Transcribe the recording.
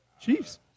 Chiefs